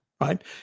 Right